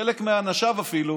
חלק מאנשיו אפילו